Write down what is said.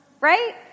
right